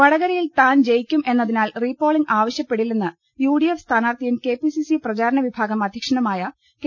വടകരയിൽ താൻ ജയിക്കും എന്നതിനാൽ റീപോളിങ് ആവ ശ്യപ്പെടില്ലെന്ന് യുഡിഎഫ് സ്ഥാനാർത്ഥിയും കെപിസിസി പ്രചാ രണവിഭാഗം അധ്യക്ഷനുമായ കെ